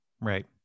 Right